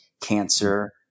cancer